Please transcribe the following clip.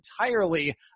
entirely